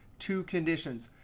two conditions.